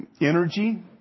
energy